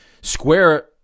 square